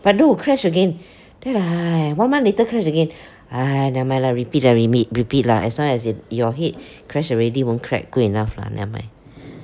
but no crash again then ah one month later crash again !aiya! nevermind lah repeat lah repeat repeat lah as long as it your head crash already won't crack good enough lah nevermind